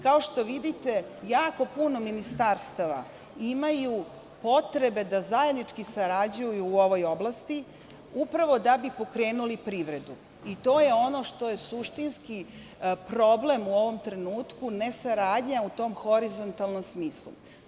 Kao što vidite, jako puno ministarstava imaju potrebe da zajednički sarađuju u ovoj oblasti upravo da bi pokrenuli privredu i to je ono što je suštinski problem u ovom trenutku – ne saradnja u tom horizontalnom smislu.